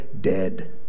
dead